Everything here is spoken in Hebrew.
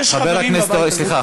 סליחה,